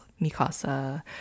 Mikasa